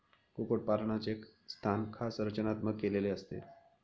कुक्कुटपालनाचे स्थान खास रचनात्मक केलेले असते